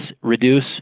reduce